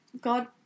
god